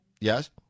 Yes